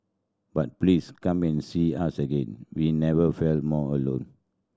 but please come and see us again we never felt more alone